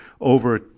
over